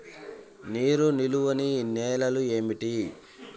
నీరు నిలువని నేలలు ఏమిటి?